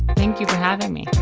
thank you for having me.